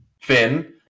Finn